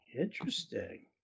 Interesting